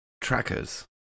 trackers